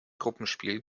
gruppenspiel